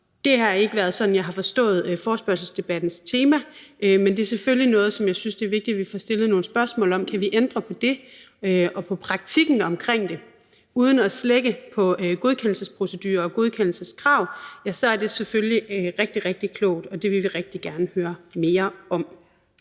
at det ikke har været sådan, jeg har forstået forespørgselsdebattens tema, men det er selvfølgelig noget, som jeg synes det er vigtigt vi får stillet nogle spørgsmål til. Kan vi ændre på det og på praktikken omkring det uden at slække på godkendelsesprocedurer og godkendelseskrav, er det selvfølgelig rigtig, rigtig klogt, og det vil vi rigtig gerne høre mere om.